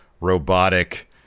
robotic